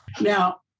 Now